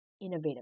innovative